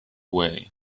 way